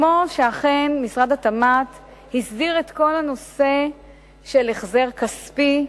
כמו שאכן משרד התמ"ת הסדיר את כל הנושא של החזר כספי,